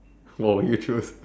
what would you choose